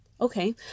Okay